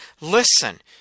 listen